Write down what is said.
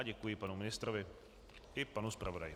Děkuji panu ministrovi i panu zpravodaji.